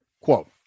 quote